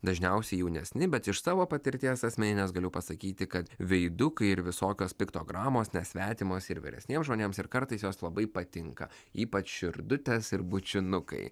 dažniausiai jaunesni bet iš savo patirties asmeninės galiu pasakyti kad veidukai ir visokios piktogramos nesvetimos ir vyresniems žmonėms ir kartais jos labai patinka ypač širdutės ir bučinukai